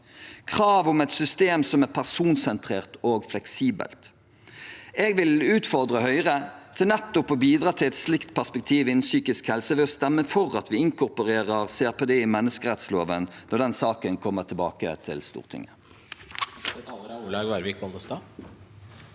krav om et system som er personsentrert og fleksibelt. Jeg vil utfordre Høyre til nettopp å bidra til et slikt perspektiv innen psykisk helse ved å stemme for at vi inkorporerer CRPD i menneskerettsloven når den saken kommer tilbake til Stortinget. Olaug Vervik Bollestad